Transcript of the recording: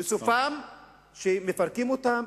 וסופם שמפרקים אותם,